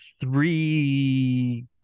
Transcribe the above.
three